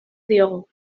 diogu